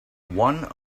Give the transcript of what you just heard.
one